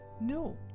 No